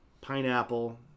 pineapple